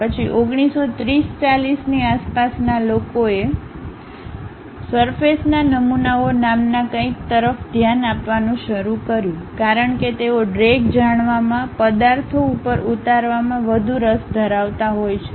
પછી 1930 40 ની આસપાસના લોકોએ સરફેસના નમૂનાઓ નામના કંઇક તરફ ધ્યાન આપવાનું શરૂ કર્યું કારણ કે તેઓ ડ્રેગ જાણવામાં પદાર્થો ઉપર ઉતારવામાં વધુ રસ ધરાવતા હોય છે